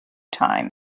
time